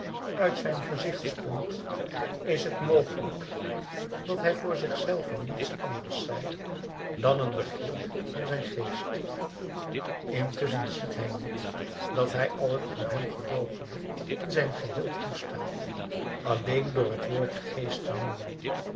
uit zijn gezichtspunt is het mogelijk dat hij voor zich zelven niets anders zij dan een begrip van zijn geest intusschen ziet hij niet dat hij al het door hem geloochende in zijn geheel toestaat alleen door het woord geest te noemen